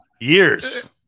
Years